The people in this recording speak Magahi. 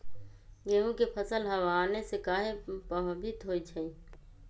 गेंहू के फसल हव आने से काहे पभवित होई छई?